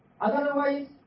Otherwise